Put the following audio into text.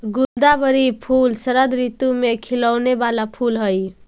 गुलदावरी फूल शरद ऋतु में खिलौने वाला फूल हई